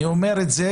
אני אומר את זה,